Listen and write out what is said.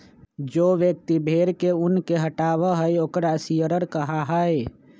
जो व्यक्ति भेड़ के ऊन के हटावा हई ओकरा शियरर कहा हई